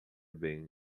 bem